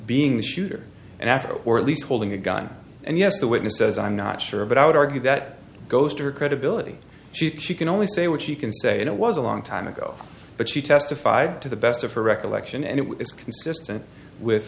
being the shooter and after or at least holding a gun and yes the witness says i'm not sure but i would argue that goes to her credibility she she can only say what she can say it was a long time ago but she testified to the best of her recollection and it is consistent with